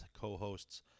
co-hosts